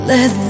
Let